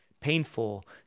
painful